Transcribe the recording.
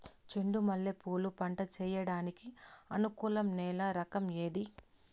చెండు మల్లె పూలు పంట సేయడానికి అనుకూలం నేల రకం ఏది